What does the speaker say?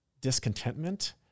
discontentment